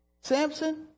Samson